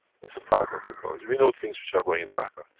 it's a plasma technology. we know things which are going in the background.